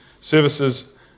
Services